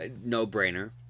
No-brainer